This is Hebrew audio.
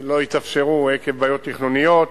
שלא התאפשרו עקב בעיות תכנוניות